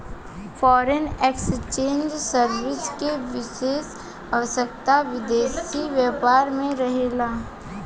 foreign exchange service के विशेष आवश्यकता विदेशी व्यापार में रहेला